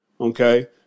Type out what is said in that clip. Okay